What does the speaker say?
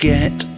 Get